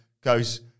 goes